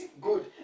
good